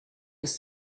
ist